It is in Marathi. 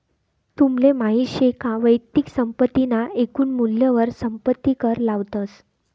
तुमले माहित शे का वैयक्तिक संपत्ती ना एकून मूल्यवर संपत्ती कर लावतस